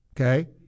okay